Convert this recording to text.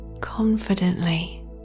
confidently